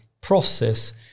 process